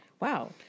wow